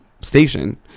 station